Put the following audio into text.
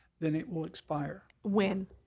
then it will expire. when?